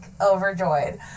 overjoyed